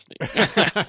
listening